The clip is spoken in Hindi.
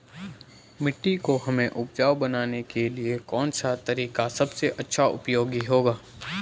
मिट्टी को हमें उपजाऊ बनाने के लिए कौन सा तरीका सबसे अच्छा उपयोगी होगा?